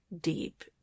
deep